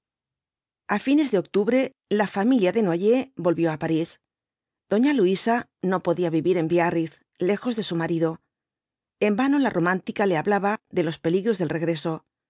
a fines de octubre la familia desnoyers volvió á paria doña luisa no podía vivir en biarritz lejos de su marido en vano la romántica le hablaba de los peligros del regreso